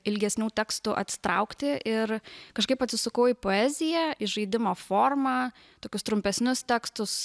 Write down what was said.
ilgesnių tekstų atsitraukti ir kažkaip atsisukau į poeziją į žaidimo formą tokius trumpesnius tekstus